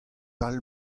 all